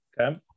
okay